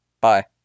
Bye